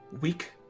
weak